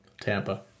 Tampa